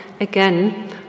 again